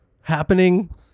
happening